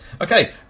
Okay